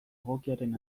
egokiaren